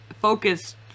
focus